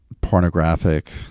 Pornographic